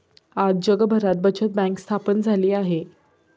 आज जगभरात बचत बँक स्थापन झाली आहे